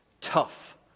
Tough